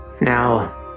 Now